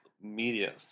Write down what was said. media